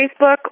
Facebook